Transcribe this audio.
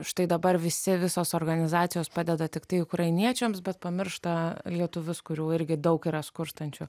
štai dabar visi visos organizacijos padeda tiktai ukrainiečiams bet pamiršta lietuvius kurių irgi daug yra skurstančių